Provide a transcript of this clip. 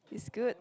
it's good